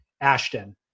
Ashton